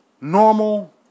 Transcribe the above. normal